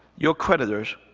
your creditors,